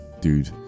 Dude